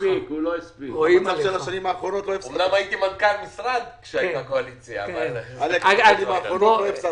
אמנם הייתי מנכ"ל משרד כשהייתה קואליציה אבל זה משהו אחר.